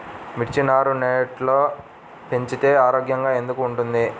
మిర్చి నారు నెట్లో పెంచితే ఆరోగ్యంగా ఎందుకు ఉంటుంది?